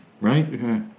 right